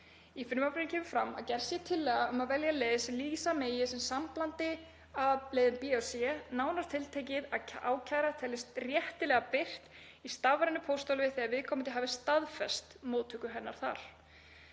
Í frumvarpinu kemur fram að gerð sé tillaga um að velja leið sem lýsa megi sem samblandi af leið b og c, nánar tiltekið að ákæra teljist réttilega birt í stafrænu pósthólfi þegar viðkomandi hafi staðfest móttöku hennar þar.